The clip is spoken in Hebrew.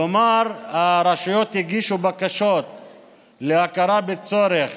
כלומר, הרשויות הגישו בקשות להכרה בצורך